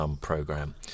program